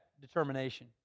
determination